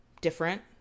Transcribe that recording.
different